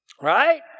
right